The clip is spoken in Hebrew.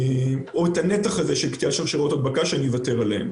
או הנתח של קטיעת שרשראות הדבקה, שאני אוותר עליו.